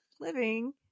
living